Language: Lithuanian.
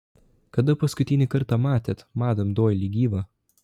kada paskutinį kartą matėte madam doili gyvą